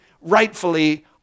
rightfully